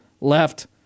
left